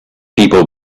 people